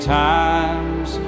times